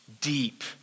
deep